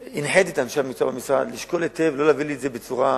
הנחיתי את אנשי המקצוע במשרד לשקול היטב ולא להביא לי את זה במהירות,